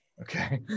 okay